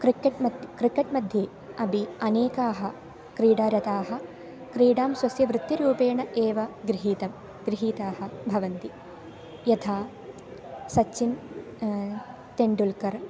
cricket मत् cricket मध्ये अपि अनेकाः क्रीडारताः क्रीडां स्वस्य वृत्तिरूपेण एव गृहीतं गृहीताः भवन्ति यथा सच्चिन् तेण्डुल्कर्